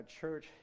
church